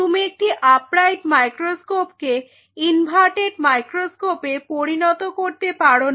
তুমি একটি আপরাইট মাইক্রোস্কোপকে ইনভার্টেড মাইক্রোস্কোপে পরিণত করতে পারো না